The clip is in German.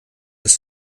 das